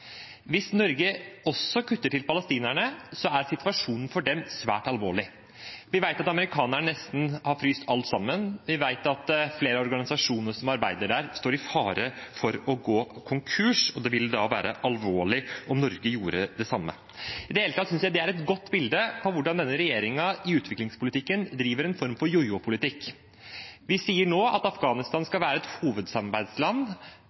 Hvis Norge også kutter til palestinerne, er situasjonen for dem svært alvorlig. Vi vet at amerikanerne har fryst nesten alt sammen. Vi vet at flere organisasjoner som arbeider der, står i fare for å gå konkurs, og det vil da være alvorlig om Norge gjorde det samme. I det hele tatt synes jeg det er et godt bilde på hvordan denne regjeringen driver en form for jo-jo-politikk i utviklingspolitikken. Vi sier nå at Afghanistan